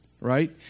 right